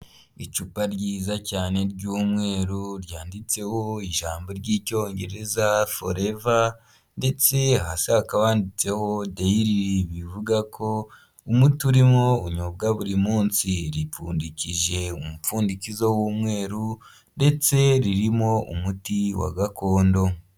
Icupa ryiza cyane ry'umweru ryanditseho ijambo ry'icyongereza foreva ndetse hasi hakaba handitseho deyiri, bivuga ko umuti urimo unyobwa buri munsi. Ripfundikije umupfundikizo w'umweru ndetse ririmo umuti wa gakondo.